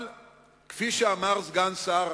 אבל כפי שאמר סגן שר